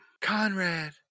Conrad